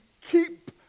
keep